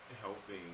helping